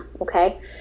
Okay